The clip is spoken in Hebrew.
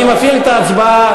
אני מפעיל את ההצבעה,